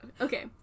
Okay